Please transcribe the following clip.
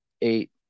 eight